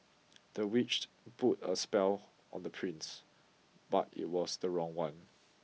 the witch put a spell on the prince but it was the wrong one